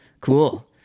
Cool